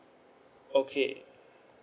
okay